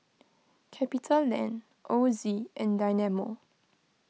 CapitaLand Ozi in Dynamo